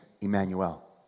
Emmanuel